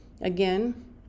again